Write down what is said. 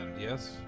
yes